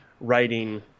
writing